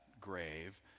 grave